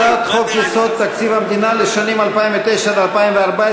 הצעת חוק-יסוד: תקציב המדינה לשנים 2009 עד 2014